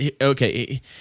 Okay